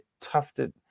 tufted